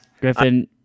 Griffin